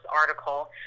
article